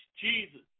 Jesus